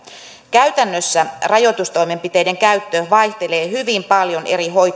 käytännössä rajoitustoimenpiteiden käyttö vaihtelee hyvin paljon eri hoitoyhteisöjen